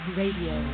radio